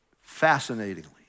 Fascinatingly